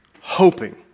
hoping